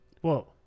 Whoa